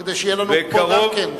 כדי שיהיה לנו פה גם כן,